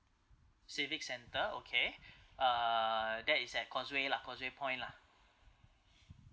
civic centre okay uh that is at causeway lah causeway point lah